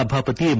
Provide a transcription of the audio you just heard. ಸಭಾಪತಿ ಎಂ